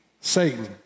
Satan